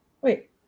Wait